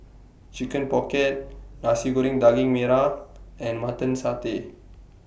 Chicken Pocket Nasi Goreng Daging Merah and Mutton Satay